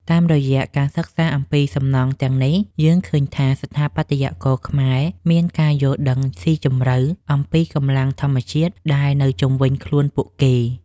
តាមរយៈការសិក្សាអំពីសំណង់ទាំងនេះ យើងឃើញថាស្ថាបត្យករខ្មែរមានការយល់ដឹងស៊ីជម្រៅអំពីកម្លាំងធម្មជាតិដែលនៅជុំវិញខ្លួនពួកគេ។